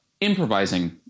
improvising